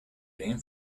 rin